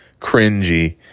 cringy